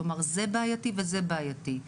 כלומר זה בעייתי וזה בעייתי,